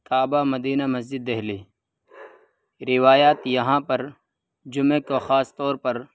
کعبہ مدینہ مسجد دلی روایات یہاں پر جمعہ کو خاص طور پر